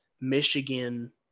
Michigan